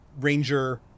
ranger